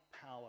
power